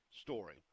Story